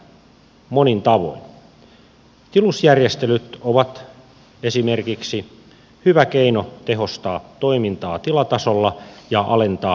esimerkiksi tilusjärjestelyt ovat hyvä keino tehostaa toimintaa tilatasolla ja alentaa tuotantokustannuksia